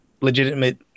legitimate